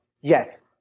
Yes